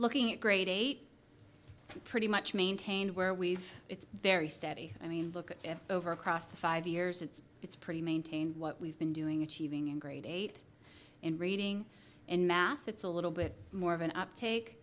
looking at grade eight pretty much maintained where we've it's very steady i mean look over across the five years it's it's pretty maintained what we've been doing achieving in grade eight in reading and math it's a little bit more of an uptake